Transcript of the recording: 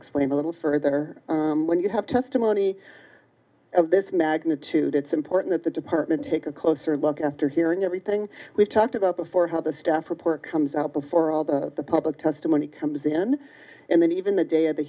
explain a little further when you have testimony of this magnitude it's important that the department take a closer look after hearing everything we've talked about before how the stuff report comes out before all the public testimony comes in and then even the day of the